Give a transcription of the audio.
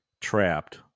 trapped